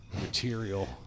material